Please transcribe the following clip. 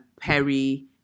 Perry